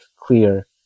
clear